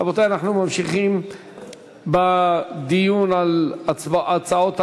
רבותי, אנחנו ממשיכים בדיון על הצעות האי-אמון.